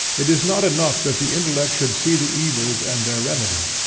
it is not enough that the intellect should see the evils and their remedy.